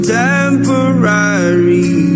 temporary